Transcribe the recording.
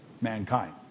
mankind